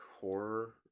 horror